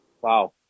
Wow